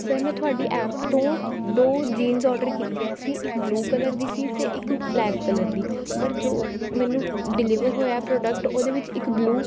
sir ਮੈਂ ਤੁਹਾਡੀ app ਤੋਂ ਦੋ ਜੀਨਸ ਔਡਰ ਕੀਤੀਆਂ ਸੀ ਇੱਕ ਬਲੂ ਕਲਰ ਦੀ ਸੀ ਅਤੇ ਇੱਕ ਬਲੈਕ ਕਲਰ ਦੀ ਬਟ ਜੋ ਮੈਨੂੰ ਡਿਲੀਵਰ ਹੋਇਆ ਏ ਪ੍ਰੋਡਕਟ ਉਹਦੇ ਵਿੱਚ ਇੱਕ ਬਲੂ